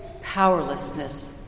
powerlessness